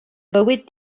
fywyd